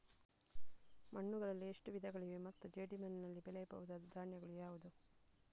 ಮಣ್ಣುಗಳಲ್ಲಿ ಎಷ್ಟು ವಿಧಗಳಿವೆ ಮತ್ತು ಜೇಡಿಮಣ್ಣಿನಲ್ಲಿ ಬೆಳೆಯಬಹುದಾದ ಧಾನ್ಯಗಳು ಯಾವುದು?